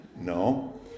No